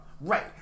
right